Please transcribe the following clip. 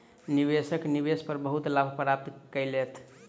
निवेशक निवेश पर बहुत लाभ प्राप्त केलैथ